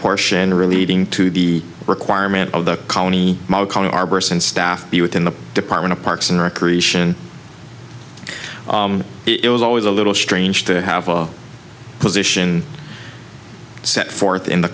portion relating to the requirement of the colony and staff be within the department of parks and recreation it was always a little strange to have a position set forth in the